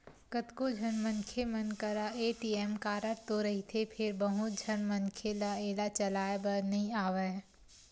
कतको झन मनखे मन करा ए.टी.एम कारड तो रहिथे फेर बहुत झन मनखे ल एला चलाए बर नइ आवय